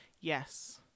Yes